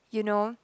you know